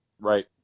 Right